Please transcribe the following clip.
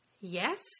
Yes